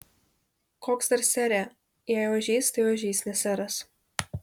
koks dar sere jei ožys tai ožys ne seras